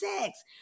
sex